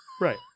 Right